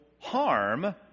harm